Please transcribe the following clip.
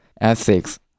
ethics